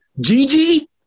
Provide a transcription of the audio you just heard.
Gigi